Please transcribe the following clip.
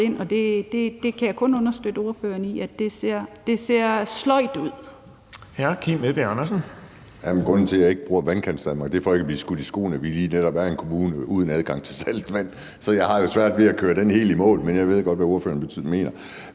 jeg kan kun understøtte ordføreren i, at det ser sløjt ud.